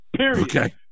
Okay